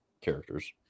characters